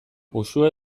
uxue